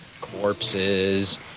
corpses